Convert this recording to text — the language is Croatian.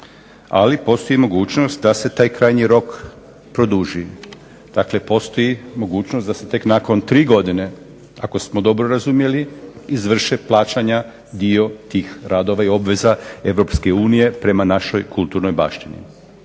Ali postoji mogućnost da se taj krajnji rok produži, dakle postoji mogućnost da se nakon tri godine ako smo razumjeli izvrše plaćanja dio tih radova i obveza EU prema našoj kulturnoj baštini.